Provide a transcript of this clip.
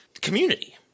community